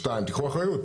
שניים, תיקחו אחריות.